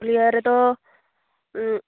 ᱯᱩᱨᱩᱞᱤᱭᱟᱹ ᱨᱮᱫᱚ